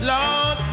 Lord